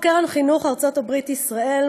קרן חינוך ארצות-הברית ישראל,